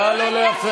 נא לא להפריע.